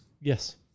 Yes